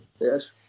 Yes